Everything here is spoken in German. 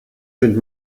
sind